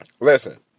listen